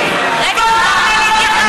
חוק פופוליסטי,